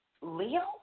Leo